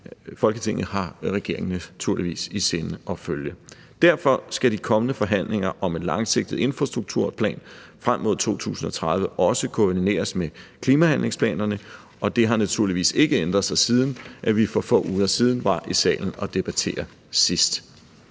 Folketinget har regeringen naturligvis i sinde at følge. Derfor skal de kommende forhandlinger om en langsigtet infrastrukturplan frem mod 2030 også koordineres med klimahandlingsplanerne, og det har naturligvis ikke ændret sig, siden vi for få uger siden var i salen og debattere det sidst.